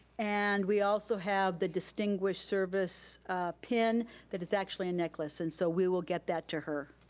and we also have the distinguished service pin that is actually a necklace. and so we will get that to her.